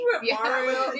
mario